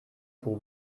pour